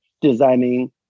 designing